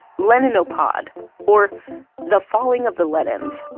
leninopod or the falling of the lenins